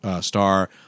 Star